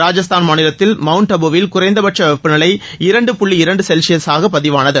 ராஜஸ்தான் மாநிலத்தில் மவுண்ட் அபுவில் குறைந்தபட்ச வெப்பநிலை இரண்டு புள்ளி இரண்டு செல்சியஸாக பதிவானது